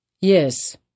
Yes